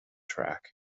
tract